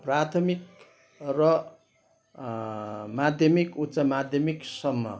प्राथमिक र माध्यमिक उच्च माध्यमिकसम्म